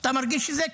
אתה מרגיש שזה קל.